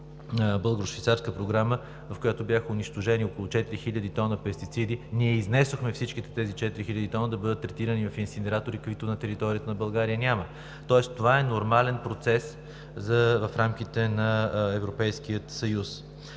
Българо-швейцарска програма, в която бяха унищожени около 4000 тона пестициди, ние изнесохме всичките тези 4000 тона да бъдат третирани в инсинератори, каквито на територията на България няма, тоест това е нормален процес в рамките на Европейския съюз.